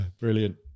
Brilliant